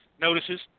notices